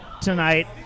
tonight